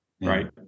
Right